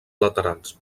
laterals